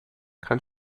kann